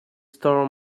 store